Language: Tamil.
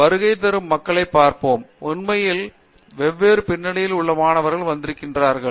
வருகை தரும் மக்களைப் பார்ப்போம் உண்மையில் வெவ்வேறு பின்னணியில் உள்ள மாணவர்கள் வந்திருக்கலாம்